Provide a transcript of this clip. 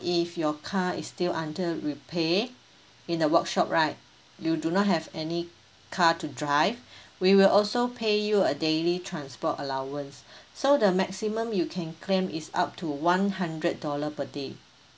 if your car is still under repair in the workshop right you do not have any car to drive we will also pay you a daily transport allowance so the maximum you can claim is up to one hundred dollar per day